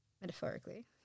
metaphorically